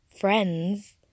friends